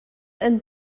and